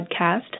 podcast